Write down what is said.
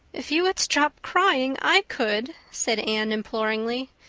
if you would stop crying i could, said anne imploringly.